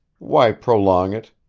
why prolong it?